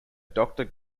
doctor